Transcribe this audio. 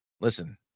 Listen